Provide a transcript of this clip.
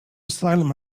asylum